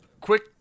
quick